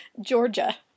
Georgia